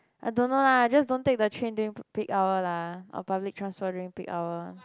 I don't know lah just don't take the train during peak peak hour lah or public transport during peak hour